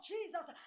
Jesus